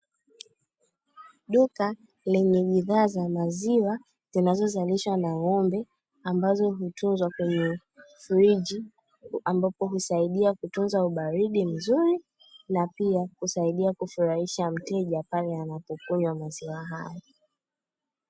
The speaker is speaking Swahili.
Duka lenye bidhaa za maziwa zinalozalishwa na ng'ombe, ambazo hutuzwa kwenye friji, ambapo husaidia kutunza ubaridi mzuri na pia husaidia kufurahisha mteja pale anapokunywa maziwa hayo.